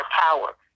power